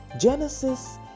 Genesis